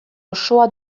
osoa